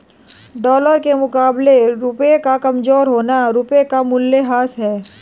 dollar के मुकाबले रुपए का कमज़ोर होना रुपए का मूल्यह्रास है